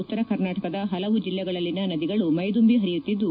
ಉತ್ತರ ಕರ್ನಾಟಕದ ಹಲವು ಜಿಲ್ಲೆಗಳಲ್ಲಿನ ನದಿಗಳು ಮೈದುಂಬಿ ಹರಿಯುತ್ತಿದ್ದು